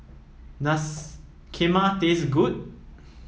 does Kheema taste good